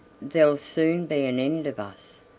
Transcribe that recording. there'll soon be an end of us.